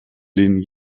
lehnen